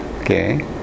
Okay